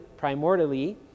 primordially